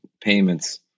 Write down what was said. Payments